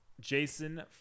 Jason